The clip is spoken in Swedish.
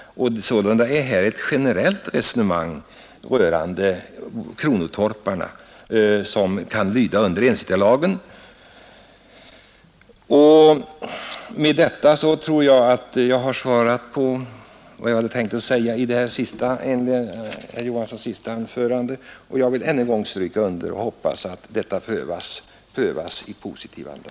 Sålunda är det ett generellt resonemang rörande kronotorparna och deras friköp enligt ensittarlagen. Med detta tror jag att jag har framfört vad jag tänkte säga med anledning av statsrådet Johanssons senaste anförande. Jag vill än en gång understryka min förhoppning om att frågan prövas i positiv anda.